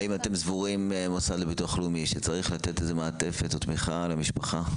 האם אתם סבורים שצריך לתת איזה מעטפת או תמיכה למשפחה?